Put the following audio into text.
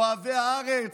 אוהבי הארץ,